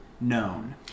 known